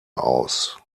aus